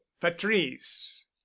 patrice